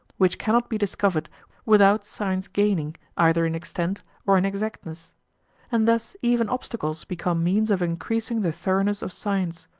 which cannot be discovered without science gaining either in extent or in exactness and thus even obstacles become means of increasing the thoroughness of science.